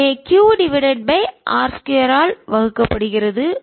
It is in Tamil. எனவேq டிவைடட் பை r 2 ஆல் வகுக்கப்படுகிறது